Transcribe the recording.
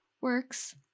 works